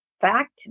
fact